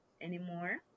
anymore